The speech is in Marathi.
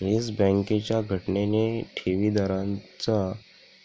येस बँकेच्या घटनेने ठेवीदारांचा